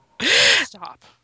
Stop